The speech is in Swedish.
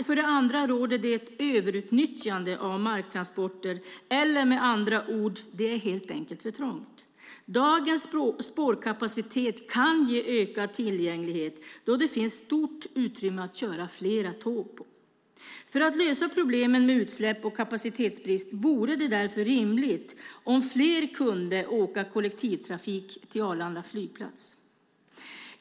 För det andra råder det ett överutnyttjande av marktransporter, eller med andra ord: Det är helt enkelt för trångt. Dagens spårkapacitet kan ge ökad tillgänglighet då det finns stort utrymme att köra fler tåg. För att lösa problemen med utsläpp och kapacitetsbrist vore det därför rimligt om fler kunde åka kollektivtrafik till Arlanda flygplats.